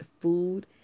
food